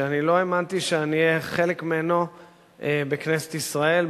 שאני לא האמנתי שאני אהיה חלק ממנו בכנסת ישראל,